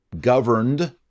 governed